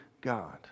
God